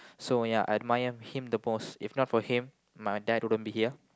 so ya I admire him the most if not for him my dad wouldn't be here